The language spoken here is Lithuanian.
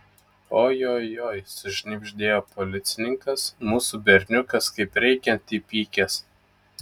ojojoi sušnibždėjo policininkas mūsų berniukas kaip reikiant įpykęs